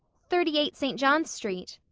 thirty-eight st. john's street.